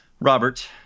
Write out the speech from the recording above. Robert